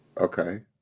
Okay